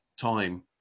time